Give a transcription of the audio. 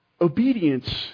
obedience